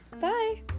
Bye